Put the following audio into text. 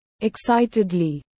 excitedly